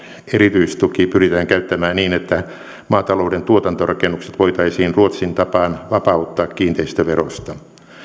erityistuki pyritään käyttämään niin että maatalouden tuotantorakennukset voitaisiin ruotsin tapaan vapauttaa kiinteistöverosta